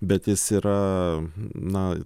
bet jis yra na